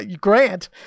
Grant